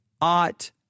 ought